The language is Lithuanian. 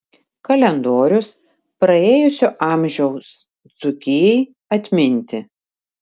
kalendorius praėjusio amžiaus dzūkijai atminti